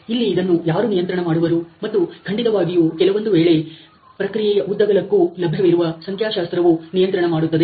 ಇಲ್ಲಿ ಇದನ್ನು ಯಾರು ನಿಯಂತ್ರಣ ಮಾಡುವರು ಮತ್ತು ಖಂಡಿತವಾಗಿಯೂ ಕೆಲವೊಂದು ವೇಳೆ ಪ್ರಕ್ರಿಯೆಯ ಉದ್ದಗಲಕ್ಕೂ ಲಭ್ಯವಿರುವ ಸಂಖ್ಯಾಶಾಸ್ತ್ರವು ನಿಯಂತ್ರಣ ಮಾಡುತ್ತದೆ